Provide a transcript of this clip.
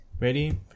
Ready